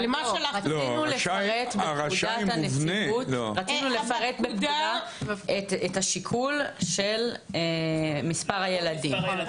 רצינו לפרט בפקודה את השיקול של מספר הילדים.